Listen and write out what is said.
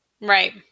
Right